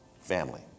family